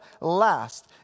last